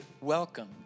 Welcome